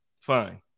fine